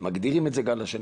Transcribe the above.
מגדירים את זה גל שני.